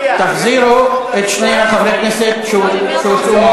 תחזירו את שני חברי הכנסת שיצאו.